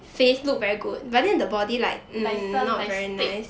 like some like stick